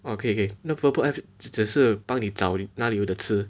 okay okay no Burple app 只是帮你找哪里有得吃